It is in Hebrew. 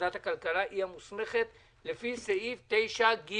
ועדת הכלכלה היא המוסמכת לפי סעיף 9(ג).